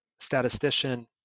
statistician